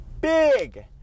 big